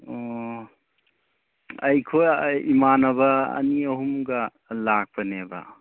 ꯑꯣ ꯑꯩꯈꯣꯏ ꯑꯥ ꯏꯃꯥꯟꯅꯕ ꯑꯅꯤ ꯑꯍꯨꯝꯒ ꯂꯥꯛꯄꯅꯦꯕ